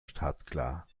startklar